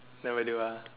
never do ah